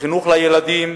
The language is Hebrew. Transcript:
החינוך לילדים,